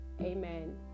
Amen